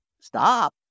stop